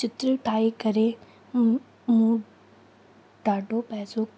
चित्र ठाहे करे मूं मूं ॾाढो पैसो